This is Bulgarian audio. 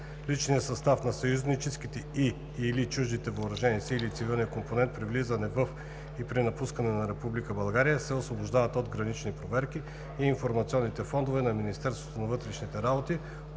Личният състав на съюзническите и/или чуждите въоръжени сили и цивилният компонент при влизане във и при напускане на Република България се освобождават от гранични проверки в информационните фондове на Министерството на вътрешните работи,